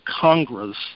Congress